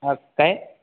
हां काय